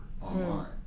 online